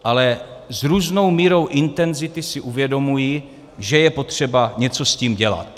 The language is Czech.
Ale s různou mírou intenzity si uvědomují, že je potřeba něco s tím dělat.